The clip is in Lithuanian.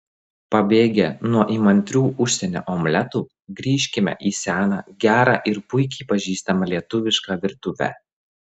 pabėgę nuo įmantrių užsienio omletų grįžkime į seną gerą ir puikiai pažįstamą lietuvišką virtuvę